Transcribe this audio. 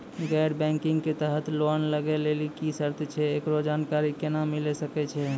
गैर बैंकिंग के तहत लोन लए लेली की सर्त छै, एकरो जानकारी केना मिले सकय छै?